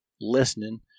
listening